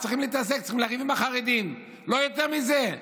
צריך להתעסק, צריך לריב עם החרדים, לא יותר מזה.